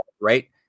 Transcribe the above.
right